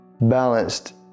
Balanced